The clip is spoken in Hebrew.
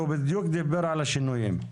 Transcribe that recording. הוא בדיוק דיבר על השינויים,